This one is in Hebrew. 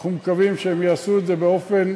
אנחנו מקווים שהם יעשו את זה באופן